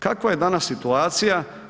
Kakva je danas situacija?